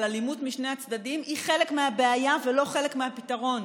אלימות משני הצדדים היא חלק מהבעיה ולא חלק מהפתרון.